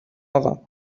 آقا